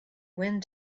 wind